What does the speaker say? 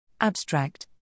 Abstract